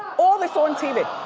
all this on tv.